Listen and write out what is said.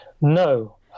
No